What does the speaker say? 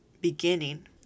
beginning